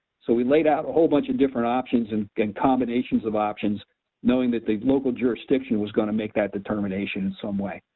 so we laid out a whole bunch of different options and combinations of options knowing that the local jurisdiction was gonna make that determination in some way.